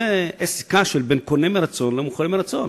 זו עסקה שבין קונה מרצון למוכר מרצון.